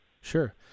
sure